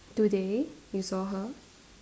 today you saw her